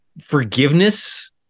forgiveness